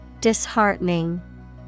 Disheartening